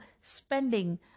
spending